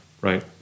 Right